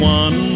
one